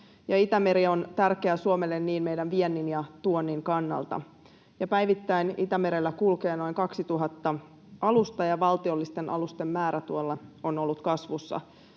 Itämeri on tärkeä Suomelle niin meidän viennin kuin tuonnin kannalta. Päivittäin Itämerellä kulkee noin 2 000 alusta, ja valtiollisten alusten määrä tuolla on ollut kasvussa.